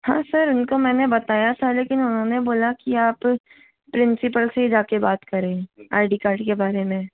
हाँ सर उनको मैंने बताया था लेकिन उन्होंने बोला की आप प्रिंसिपल से जाके बात करें आइ डी कार्ड के बारे में